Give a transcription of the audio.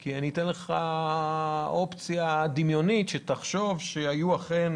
כי אני אתן לך אופציה דמיונית שתחשוב שהיו אכן